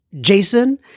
Jason